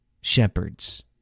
shepherds